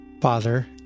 Father